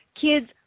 Kids